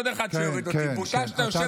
עוד אחד שיוריד אותי.